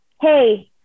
hey